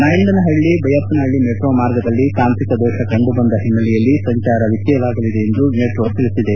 Nayandahalli Baiyappanahalli metro ಮಾರ್ಗದಲ್ಲಿ ತಾಂತ್ರಿಕ ದೋಷ ಕಂಡುಬಂದು ಹಿನ್ನೆಲೆಯಲ್ಲಿ ಸಂಚಾರ ವ್ಯತ್ಯಯವಾಗಲಿದೆ ಎಂದು ಮೆಟ್ರೋ ತಿಳಿಸಿದೆ